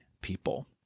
people